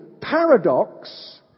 paradox